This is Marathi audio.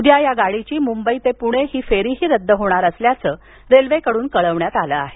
उद्या या गाडीची मुंबई ते प्रणे ही फेरीही रद्द होणार असल्याचं रेल्वेकड्रन कळवण्यात आलं आहे